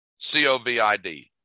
COVID